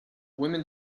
women